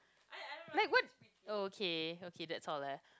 like what okay okay that's all ah